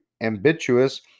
ambitious